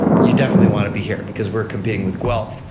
you definitely want to be here because we compete with gulf,